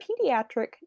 pediatric